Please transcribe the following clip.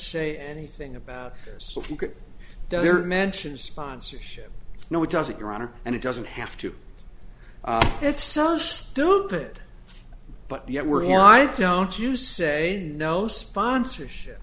say anything about their mansion sponsorship no it doesn't your honor and it doesn't have to it's so stupid but yet we're i don't you say no sponsorship